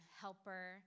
helper